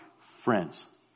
friends